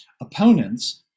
opponents